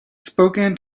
spoken